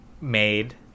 made